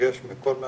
ומתרגש וכל מה